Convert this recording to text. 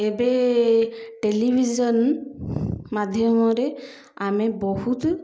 ଏବେ ଟେଲିଭିଜନ ମାଧ୍ୟମରେ ଆମେ ବହୁତ